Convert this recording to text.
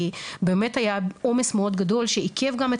באמת היה עומס גדול מאוד שעיכב גם את